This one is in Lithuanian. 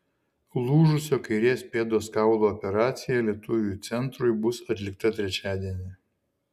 lūžusio kairės pėdos kaulo operacija lietuviui centrui bus atlikta trečiadienį